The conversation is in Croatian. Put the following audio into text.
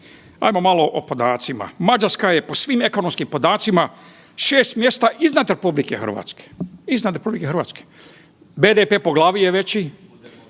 Ajmo malo o podacima, Mađarska je po svim ekonomskim podacima 6 mjesta iznad RH, BDP po glavi je veći